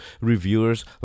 reviewers